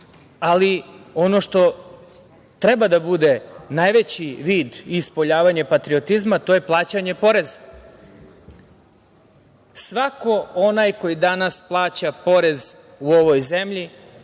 građane. Ono što treba da bude najveći vid i ispoljavanje patriotizma to je plaćanje poreza. Svako onaj koji danas plaća porez u ovoj zemlji,